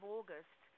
August